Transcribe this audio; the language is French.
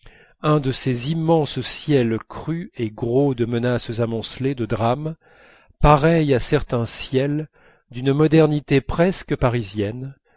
un de ces immenses ciels crus et gros de menaces amoncelées de drame pareils à certains ciels d'une modernité presque parisienne